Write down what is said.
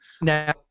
Now